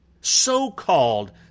So-called